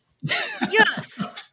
Yes